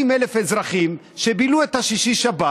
50,000 אזרחים שבילו את השישי-שבת